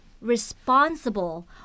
responsible